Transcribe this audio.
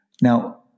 Now